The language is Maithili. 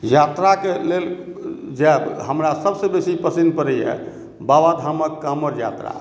यात्रा के लेल जायब हमरा सबसे बेसी पसीन परैया बाबा धामक काँवर यात्रा